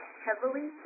heavily